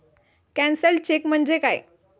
Cancelled cheque म्हणजे काय?